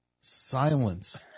Silence